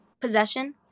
possession